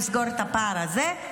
לסגור את הפער הזה.